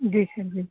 जी sir जी